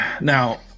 now